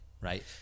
Right